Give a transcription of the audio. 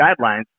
guidelines